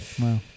Wow